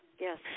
Yes